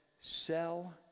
sell